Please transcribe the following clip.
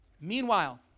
Meanwhile